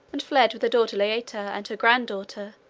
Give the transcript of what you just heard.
and fled with daughter laeta, and her granddaughter,